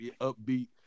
upbeat